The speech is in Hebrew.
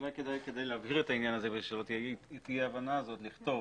אולי כדאי כדי להבהיר את העניין הזה ושלא תהיה אי הבנה לכתוב